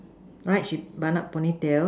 right she bun up pony tail